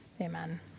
Amen